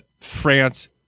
France